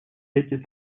эти